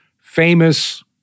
famous